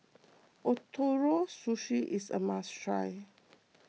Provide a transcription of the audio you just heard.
Ootoro Sushi is a must try